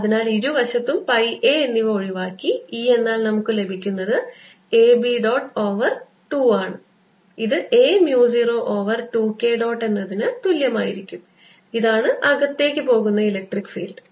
അതിനാൽ ഇരുവശത്തും pi a എന്നിവ ഒഴിവാക്കി E എന്നാൽ നമുക്കു ലഭിക്കുന്നത് a B ഡോട്ട് ഓവർ 2 ആണ് ഇത് a mu 0 over 2 K dot എന്നതിനു തുല്യമായിരിക്കും അതാണ് അകത്തേക്ക് പോകുന്ന ഇലക്ട്രിക് ഫീൽഡ്